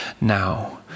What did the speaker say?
now